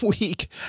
week